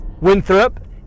Winthrop